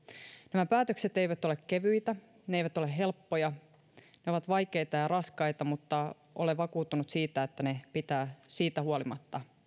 nämä päätökset eivät ole kevyitä ne eivät ole helppoja ne ovat vaikeita ja raskaita mutta olen vakuuttunut siitä että ne pitää siitä huolimatta